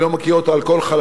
ואני לא מכיר אותה על כל חלקיה.